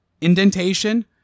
indentation